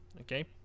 Okay